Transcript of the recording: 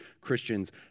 Christians